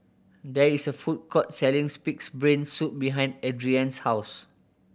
there is a food court selling's Pig's Brain Soup behind Adriene's house